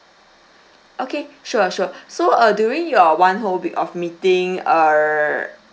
okay sure sure so uh during your one whole week of meeting err